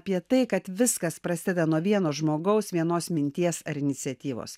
apie tai kad viskas prasideda nuo vieno žmogaus vienos minties ar iniciatyvos